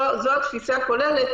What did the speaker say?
זו התפיסה הכוללת,